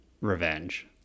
revenge